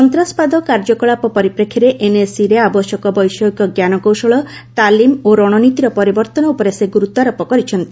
ସନ୍ତାସବାଦ କାର୍ଯ୍ୟକଳାପ ପରିପ୍ରେକ୍ଷୀରେ ଏନ୍ଏସ୍ଜିରେ ଆବଶ୍ୟକ ବୈଷୟିକ ଜ୍ଞାନକୌଶଳ ତାଲିମ୍ ଓ ରଣନୀତିର ପରିବର୍ତ୍ତନ ଉପରେ ସେ ଗୁରୁତ୍ୱ ଆରୋପ କରିଛନ୍ତି